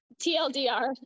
TLDR